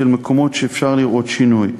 של מקומות שבהם אפשר לראות שינוי.